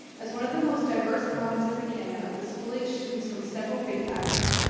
as one of the most diverse provinces in canada, with school-age students from several faith backgrounds,